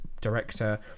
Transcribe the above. director